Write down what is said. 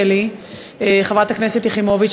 חברת הכנסת יחימוביץ,